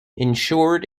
ensured